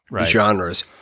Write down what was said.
genres